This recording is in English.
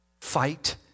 Fight